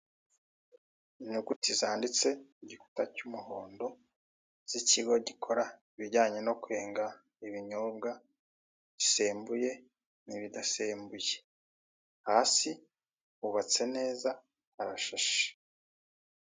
Inyuguti zanditse ku gikuta cy'umuhondo, z'ikigo gikora ibijyanye no kwenga ibinyobwa bisembuye n'ibidasembuye. Hasi hubatse neza harashashe.